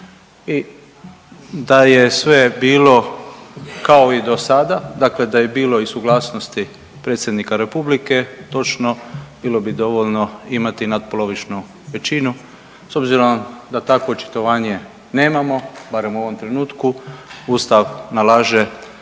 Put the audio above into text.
I da je sve bilo kao i do sada, dakle da je bilo i suglasnosti Predsjednika Republike točno bilo bi dovoljno imati nadpolovičnu većinu s obzirom da takvo očitovanje nemamo, barem u ovom trenutku Ustav nalaže